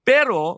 Pero